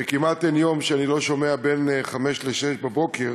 וכמעט אין יום שאני לא שומע בין חמש לשש בבוקר